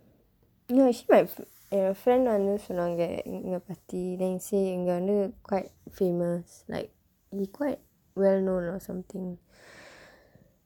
no actually my friend வந்து சொன்னாங்க இதப்பத்தி:vandthu sonnaangka ithappaththi then he said இவங்க வந்து:ivangka vandthu quite famous like he quite well known or something